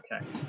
okay